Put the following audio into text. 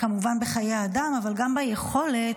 כמובן בחיי אדם אבל גם ביכולת,